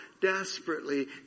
desperately